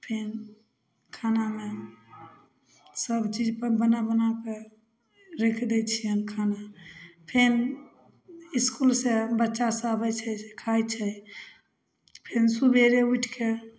फिर खानामे सब चीज अपन बना बना कए राखि दै छिअनि खाना फेर इसकुल सऽ बच्चा सब अबै छै खाय छै फेर सुबेरे उठिकए